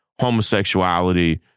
homosexuality